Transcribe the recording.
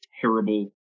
terrible